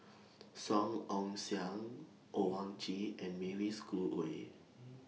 Song Ong Siang Owyang Chi and Mavis Khoo Oei